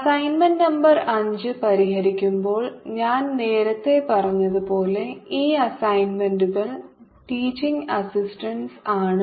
assignment number അഞ്ച് പരിഹരിക്കുമ്പോൾ ഞാൻ നേരത്തെ പറഞ്ഞതുപോലെ ഈ അസൈൻമെന്റുകൾ ടീച്ചിങ് അസിസ്റ്റന്റ്സ് ആണ്